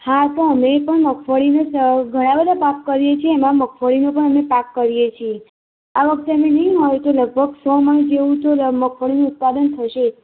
હા તો અમેય પણ મગફળીને ચ ઘણાં બધા પાક કરીએ છે એમાં મગફળીનો પણ અમે પાક કરીએ છે આ વખતે અમે નહીં હોય તો લગભગ સો મણ જેવું તો લ મગફળીનું ઉત્પાદન થશે